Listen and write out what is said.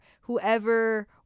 whoever